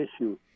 issue